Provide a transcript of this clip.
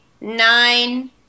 nine